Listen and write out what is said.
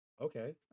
Okay